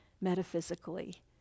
metaphysically